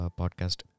podcast